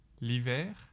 L'hiver